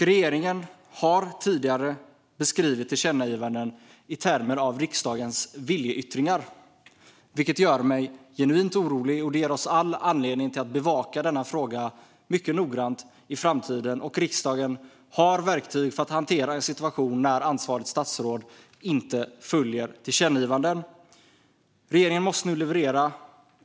Regeringen har tidigare beskrivit tillkännagivanden i termer av riksdagens "viljeyttringar", vilket gör mig genuint orolig och ger all anledning att bevaka frågan mycket noggrant i framtiden. Riksdagen har också verktyg för att hantera en situation där ansvarigt statsråd inte följer ett tillkännagivande. Regeringen måste nu leverera.